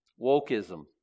wokeism